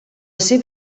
seva